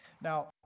Now